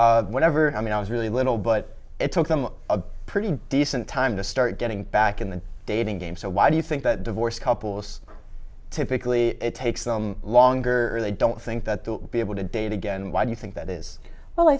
whatever i mean i was really little but it took them a pretty decent time to start getting back in the dating game so why do you think that divorced couples typically it takes them longer or they don't think that they'll be able to date again why do you think that is well i